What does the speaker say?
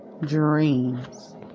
dreams